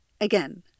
Again